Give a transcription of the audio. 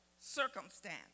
circumstance